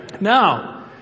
Now